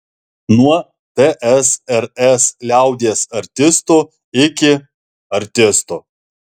nuo tsrs liaudies artisto iki artisto